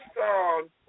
song